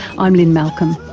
i'm lynne malcolm.